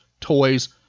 toys